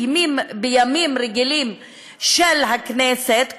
בימים רגילים של הכנסת,